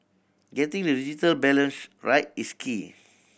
getting the digital balance right is key